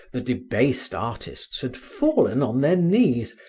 the debased artists had fallen on their knees,